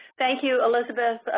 thank you, elizabeth,